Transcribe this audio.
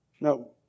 No